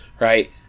right